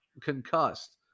concussed